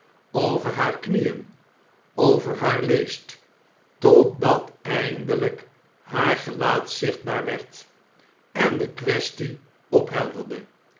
over haar knieen over haar leest totdat eindelijk haar gelaat ziehtbaar werd en de quaestie ophelderde